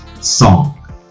song